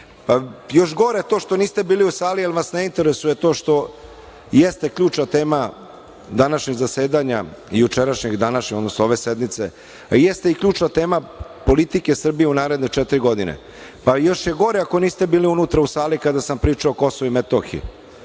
Još gore je to što niste bili u sali, jer vas ne interesuje to što jeste ključna tema današnjeg zasedanja, jučerašnjeg, današnjeg, odnosno ove sednice i jeste i ključna tema politike Srbije u naredne četiri godine. Još je gore ako niste bilu unutra u sali kada sam pričao o Kosovu i Metohiji,